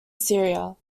syria